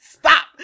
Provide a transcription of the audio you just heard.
stop